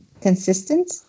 consistent